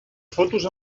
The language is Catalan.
fotos